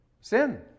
Sin